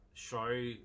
show